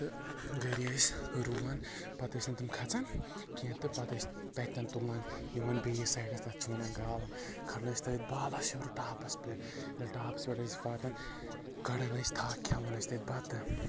تہٕ گرِ ٲسۍ رُوان پتہٕ ٲسۍ نہٕ تِم کھژھان کینٛہہ تہٕ پتہٕ ٲسۍ تتٮ۪ن تُلان نِوان بیٚیِس سایڈس تتھ چھِ ونان گالن کھنن ٲسۍ تٔتھۍ بالس ہیور ٹاپس پٮ۪ٹھ ییٚلہِ ٹاپس پٮ۪ٹھ ٲسۍ واتان کڑان ٲسۍ تھکھ کھٮ۪وان ٲسۍ تتہِ بتہٕ